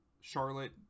Charlotte